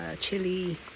chili